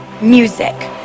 music